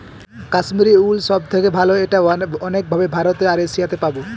Kashmiri wool সব থেকে ভালো এটা অনেক ভাবে ভারতে আর এশিয়াতে পাবো